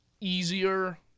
easier